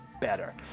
better